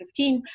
2015